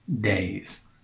days